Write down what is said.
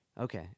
Okay